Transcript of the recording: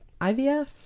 IVF